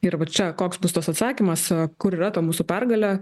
ir va čia koks bus tas atsakymas kur yra ta mūsų pergalė